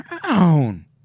brown